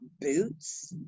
boots